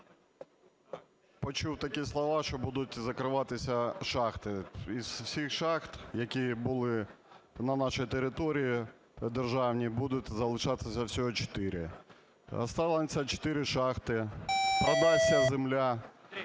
почув такі слова, що будуть закриватися шахти. Із всіх шахт, які були на нашій території державні, буде залишатися всього чотири. Останеться чотири шахти, продасться земля,